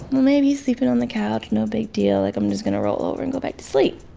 maybe he's sleeping on the couch. no big deal. like, i'm just going to roll over and go back to sleep